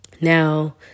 Now